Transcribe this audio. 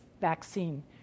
vaccine